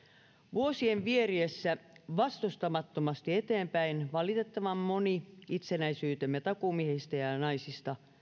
vuosien vieriessä vastustamattomasti eteenpäin valitettavan moni itsenäisyytemme takuumiehistä ja ja naisista